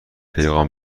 پیغام